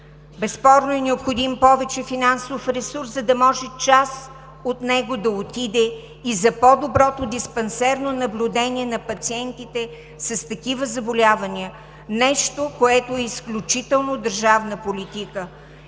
Безспорно е необходим повече финансов ресурс, за да може част от него да отиде и за по-доброто диспансерно наблюдение на пациентите с такива заболявания – нещо, което е изключително държавна политика.